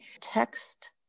text